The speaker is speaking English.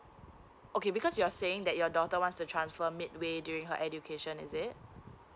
okay because you're saying that your daughter wants to transfer mid way during her education is it